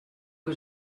que